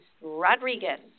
Rodriguez